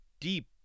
deep